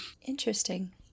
interesting